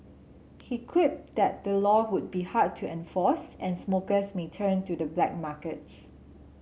he quipped that the law would be hard to enforce and smokers may turn to the black markets